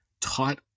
taught